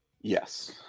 Yes